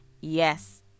Yes